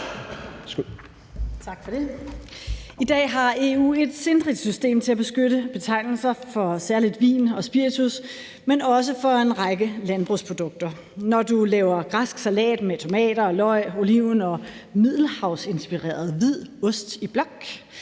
I dag har EU et sindrigt system til at beskytte betegnelser særlig for vin og spiritus, men også for en række landbrugsprodukter. Når du laver græsk salat med tomater og løg, oliven og »middelhavsinspireret hvid ost i blok«,